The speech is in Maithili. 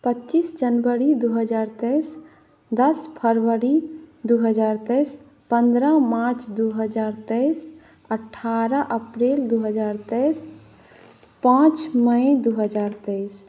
पचीस जनवरी दुइ हजार तेइस दस फरवरी दुइ हजार तेइस पनरह मार्च दुइ हजार तेइस अठारह अप्रैल दुइ हजार तेइस पाँच मइ दुइ हजार तेइस